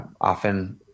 often